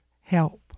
help